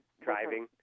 driving